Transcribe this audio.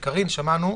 קארין, שמענו.